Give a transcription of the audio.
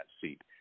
seat